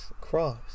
cross